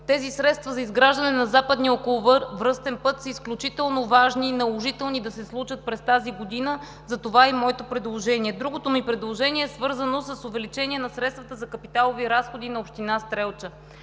Тези средства за изграждане на Западния околовръстен път са изключително важни и наложителни да се случат през тази година, за това е и моето предложение. Другото ми предложение е свързано с увеличение на средствата за капиталови разходи на община Стрелча.